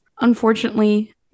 Unfortunately